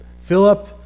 Philip